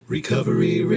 Recovery